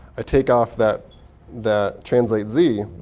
i take off that that translatez zero.